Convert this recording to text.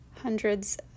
hundreds